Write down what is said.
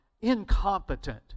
incompetent